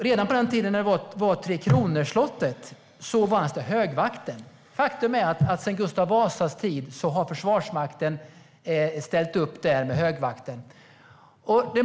Redan på slottet Tre kronors tid fanns högvakten. Faktum är att sedan Gustav Vasas tid har Försvarsmakten ställt upp med högvakten.